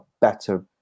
better